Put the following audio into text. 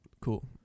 cool